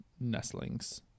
Nestlings